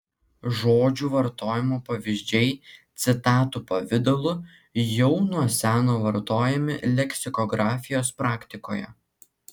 žodžių vartojimo pavyzdžiai citatų pavidalu jau nuo seno vartojami leksikografijos praktikoje